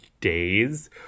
days